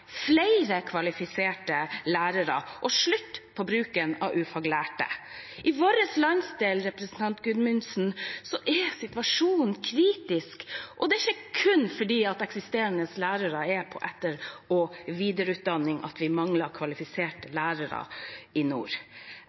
kvalifiserte lærere og slutt på bruken av ufaglærte. I vår landsdel er situasjonen kritisk, og det er ikke kun fordi eksisterende lærere er på etter- og videreutdanning, at vi mangler kvalifiserte lærere i nord.